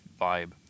vibe